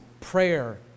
prayer